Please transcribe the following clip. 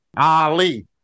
Ali